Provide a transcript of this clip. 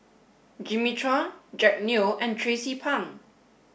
Jimmy Chua Jack Neo and Tracie Pang